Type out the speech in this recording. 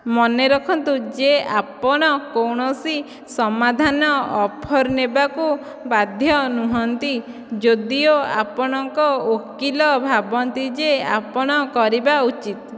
ମନେ ରଖନ୍ତୁ ଯେ ଆପଣ କୌଣସି ସମାଧାନ ଅଫର୍ ନେବାକୁ ବାଧ୍ୟ ନୁହଁନ୍ତି ଯଦିଓ ଆପଣଙ୍କ ଓକିଲ ଭାବନ୍ତି ଯେ ଆପଣ କରିବା ଉଚିତ୍